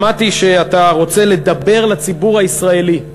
שמעתי שאתה רוצה לדבר לציבור הישראלי.